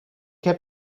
heb